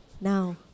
Now